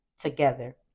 together